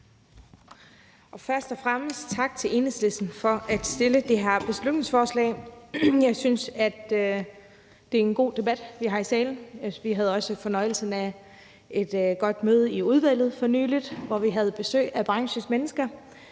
først og fremmest tak til Enhedslisten for at fremsætte det her beslutningsforslag. Jeg synes, at det er en god debat, vi har i salen. Vi havde også fornøjelsen af et godt møde i udvalget for nylig, hvor vi havde besøg af branchens mennesker,